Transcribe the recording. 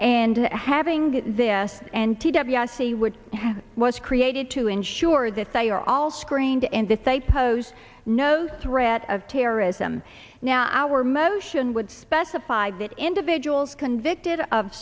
and having this and t w i c would was created to ensure that they are all screened and that they pose no threat of terrorism now or motion would specify that individuals convicted of